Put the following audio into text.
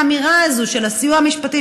האמירה הזו של הסיוע המשפטי,